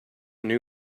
new